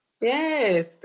Yes